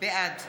בעד